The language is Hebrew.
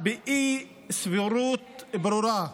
באי-סבירות ברורה,